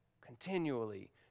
continually